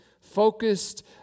focused